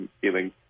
feeling